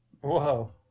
Whoa